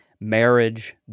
marriage